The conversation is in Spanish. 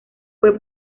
fue